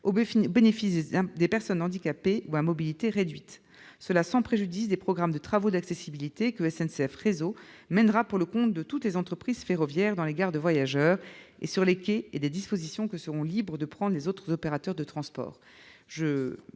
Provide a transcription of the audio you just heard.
bénéfice des personnes handicapées ou à mobilité réduite, cela sans préjudice des programmes de travaux d'accessibilité que SNCF Réseau mènera pour le compte de toutes les entreprises ferroviaires dans les gares de voyageurs et sur les quais et des dispositions que les autres opérateurs de transport